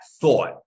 thought